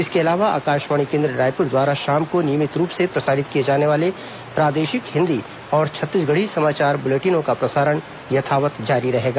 इसके अलावा आकाशवाणी केन्द्र रायपुर द्वारा शाम को नियमित रूप से प्रसारित किए जाने वाले प्रादेशिक हिन्दी और छत्तीसगढ़ी समाचार बुलेटिनों का प्रसारण यथावत जारी रहेगा